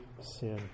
sin